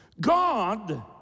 God